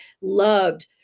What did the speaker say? loved